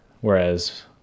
whereas